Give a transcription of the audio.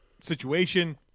situation